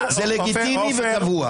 זה לגיטימי וקבוע.